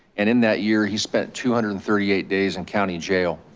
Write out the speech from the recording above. and in that year, he spent two hundred and thirty eight days and county jail.